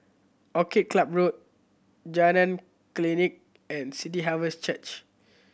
Orchid Club Road Jalan Klinik and City Harvest Church